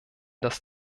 das